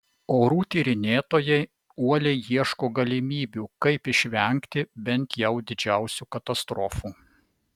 orų tyrinėtojai uoliai ieško galimybių kaip išvengti bent jau didžiausių katastrofų